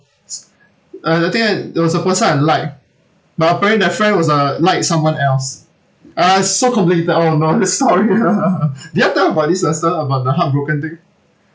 uh the thing uh there was a person I like but apparently that friend was uh like someone else uh so complicated oh no this story ah did I tell you about this lester about the heartbroken thing